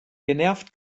genervt